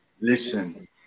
Listen